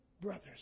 Brothers